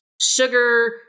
sugar